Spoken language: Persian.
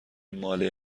ماله